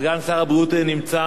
סגן שר הבריאות נמצא